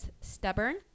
stubborn